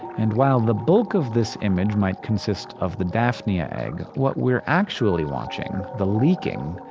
and while the bulk of this image might consist of the daphnia egg, what we're actually watching the leaking,